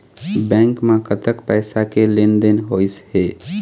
Bank म कतक पैसा के लेन देन होइस हे?